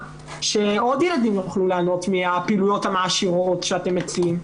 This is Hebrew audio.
כדי שעוד ילדים יוכלו ליהנות מהפעילויות המעשירות שאתם מציעים.